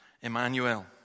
Emmanuel